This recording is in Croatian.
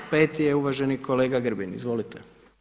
Peti je uvaženi kolega Grbin, izvolite.